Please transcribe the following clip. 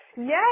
Yes